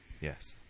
Yes